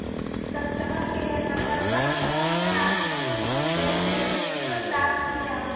customer care number पर phone कर आशीष ने कुल देय क्रेडिट प्राप्त किया